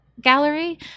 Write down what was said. Gallery